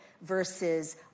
versus